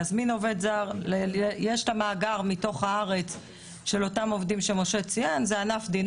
להזמין עובד זר מתוך המאגר של העובדים שנמצאים בארץ.